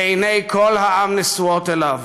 שעיני כל העם נשואות אליו.